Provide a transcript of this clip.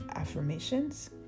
affirmations